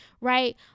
right